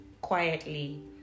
quietly